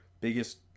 biggest